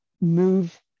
move